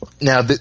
now